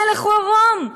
המלך הוא עירום.